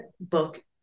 book